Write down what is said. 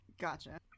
Gotcha